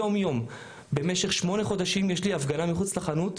יום-יום במשך שמונה חודשים יש לי הפגנה מחוץ לחנות.